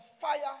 fire